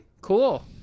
cool